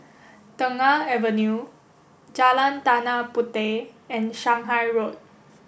Tengah Avenue Jalan Tanah Puteh and Shanghai Road